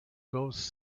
goes